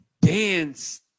dance